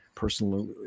Personally